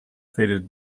fated